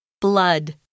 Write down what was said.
Blood